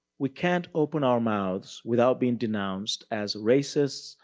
we can't open our mouths without being denounced as racists,